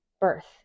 birth